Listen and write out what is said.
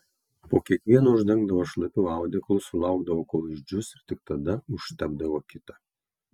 po kiekvieno uždengdavo šlapiu audeklu sulaukdavo kol išdžius ir tik tada užtepdavo kitą